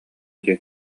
диэн